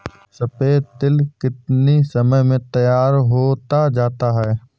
सफेद तिल कितनी समय में तैयार होता जाता है?